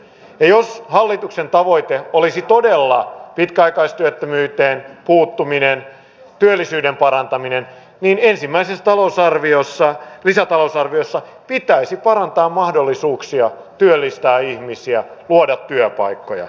jos hallituksen tavoite olisi todella pitkäaikaistyöttömyyteen puuttuminen ja työllisyyden parantaminen niin ensimmäisessä lisätalousarviossa pitäisi parantaa mahdollisuuksia työllistää ihmisiä luoda työpaikkoja